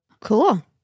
Cool